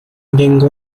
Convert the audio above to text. lengua